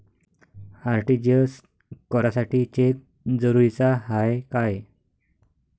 RTGS करासाठी cheque जरुरीचा हाय काय?